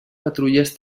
patrulles